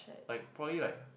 like probably like